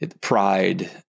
pride